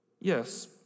Yes